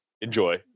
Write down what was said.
Enjoy